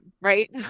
right